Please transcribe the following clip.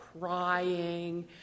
crying